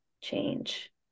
change